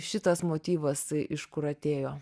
šitas motyvas iš kur atėjo